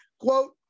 Quote